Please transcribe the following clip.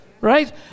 Right